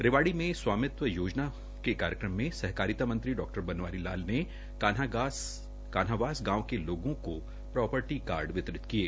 रेवाड़ी में स्वामित्व योजना कार्यक्रम में सहकारिता मंत्री डा बनवारी लाल ने कान्हावास गांव के लोगों को प्रापर्टी कार्ड वितरित किये